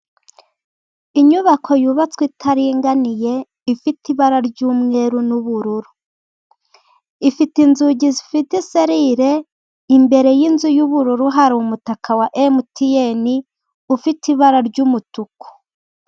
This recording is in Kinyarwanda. Inyubako yubatswe itaringaniye, ifite ibara ry'umweru n'ubururu. Ifite inzugi zifite iserire, imbere y'inzu y'ubururu hari umutaka wa MTN, ufite ibara ry'umutuku.